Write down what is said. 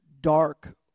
dark